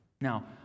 Now